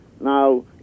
Now